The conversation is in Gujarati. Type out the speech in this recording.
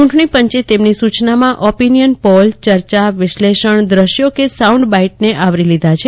ચૂંટણી પંચે તેમની સૂચનામાં ઓપીનીયન પોલ ચર્ચા વિશ્લેષણ દ્રશ્યો કે સાઉન્ડ બાઇટને આવરી લીધા છે